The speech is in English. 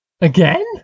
Again